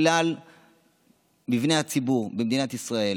בכלל מבני הציבור במדינת ישראל.